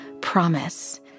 promise